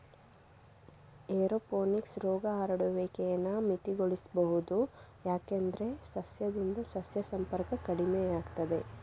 aeroponics ರೋಗ ಹರಡುವಿಕೆನ ಮಿತಿಗೊಳಿಸ್ಬೋದು ಯಾಕಂದ್ರೆ ಸಸ್ಯದಿಂದ ಸಸ್ಯ ಸಂಪರ್ಕ ಕಡಿಮೆಯಾಗ್ತದೆ